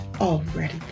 already